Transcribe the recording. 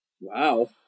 wow